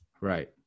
Right